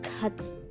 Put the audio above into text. cut